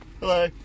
Hello